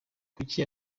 kuki